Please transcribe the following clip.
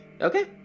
Okay